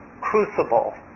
crucible